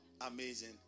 amazing